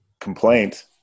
complaint